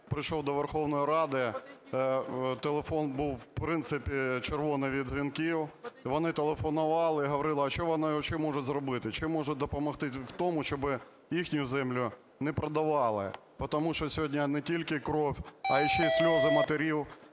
прийшов до Верховної Ради, телефон був, в принципі, червоний від дзвінків, вони телефонували і говорили, а що вони можуть зробити, чим допомогти у тому, щоби їхню землю не продавали, тому що сьогодні не тільки кров, а ще й сльози матерів